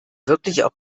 wirklich